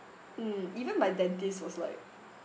mm even my dentist was like